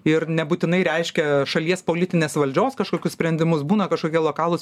ir nebūtinai reiškia šalies politinės valdžios kažkokius sprendimus būna kažkokie lokalūs